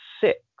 six